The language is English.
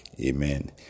Amen